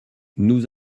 nous